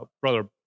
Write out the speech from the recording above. brother